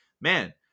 man